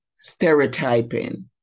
stereotyping